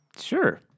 Sure